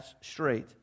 straight